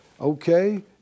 okay